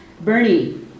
Bernie